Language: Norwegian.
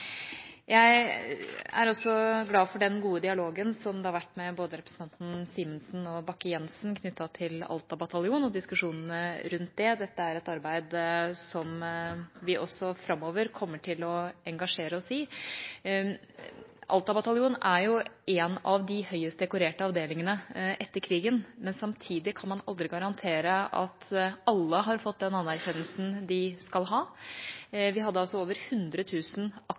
Jeg er glad for den gode dialogen som har vært med både representanten Simensen og representanten Bakke-Jensen knyttet til Alta bataljon og diskusjonene rundt den. Dette er et arbeid som vi også framover kommer til å engasjere oss i. Alta bataljon er en av de høyest dekorerte avdelingene etter krigen, men samtidig kan man aldri garantere at alle har fått den anerkjennelsen de skal ha. Vi hadde over